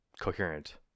coherent